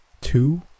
Two